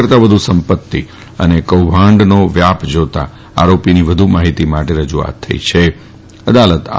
કરતાં વધુ સંપત્તિ અને કૌભાંડનો વ્યાપ જાતાં આરોપીની વધુ માહિતી માટે રજુઆત થઈ હતીઅદાલત આ